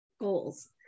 goals